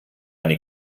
eine